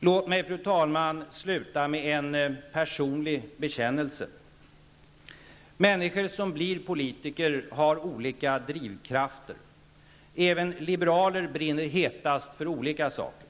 Låt mig, fru talman, sluta med en personlig bekännelse. Människor som blir politiker har olika drivkrafter. Även liberaler brinner hetast för olika saker.